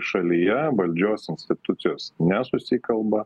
šalyje valdžios institucijos nesusikalba